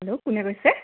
hello কোনে কৈছে